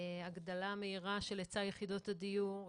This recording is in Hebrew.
הגדלה מהירה של היצע יחידות הדיור,